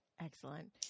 Excellent